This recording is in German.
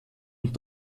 und